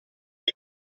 nei